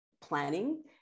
planning